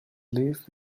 belief